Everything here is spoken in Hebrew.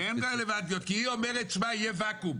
כן רלוונטיות, כי היא אומרת שיהיה ואקום.